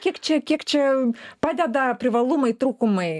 kiek čia kiek čia padeda privalumai trūkumai